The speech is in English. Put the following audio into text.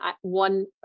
one